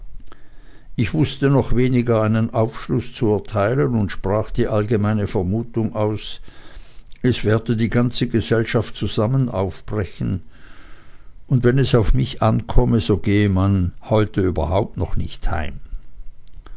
ich wußte noch weniger einen aufschluß zu erteilen und sprach die allgemeine vermutung aus es werde die ganze gesellschaft zusammen aufbrechen und wenn es auf mich ankomme so gehe man heute überhaupt noch nicht heim